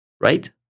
Right